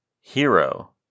hero